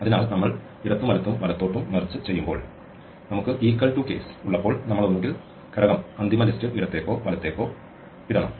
അതിനാൽ നമ്മൾ ഇടത്തും വലത്തും വലത്തോട്ടും മെർജ് ചെയ്യുമ്പോൾ നമുക്ക് ഇക്വൽ ടു കേസ് case ഉള്ളപ്പോൾ നമ്മൾ ഒന്നുകിൽ ഘടകം അന്തിമ ലിസ്റ്റ് ഇടത്തെയ്ക്കോ വലത്തേയ്ക്കോ ഇടണം